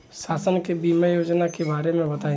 शासन के बीमा योजना के बारे में बताईं?